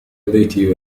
بيتي